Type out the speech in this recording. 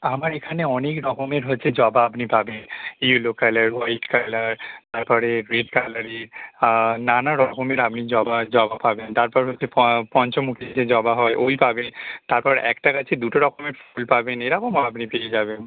আমার এখানে অনেক রকমের হচ্ছে জবা আপনি পাবেন ইয়োলো কালার হোয়াইট কালার তার পরে রেড কালারের নানা রকমের আপনি জবা জবা পাবেন তারপর হচ্ছে পা পঞ্চমুখী যে জবা হয় ওই পাবেন তারপর একটা গাছে দুটো রকমের ফুল পাবেন এরকমও আপনি পেয়ে যাবেন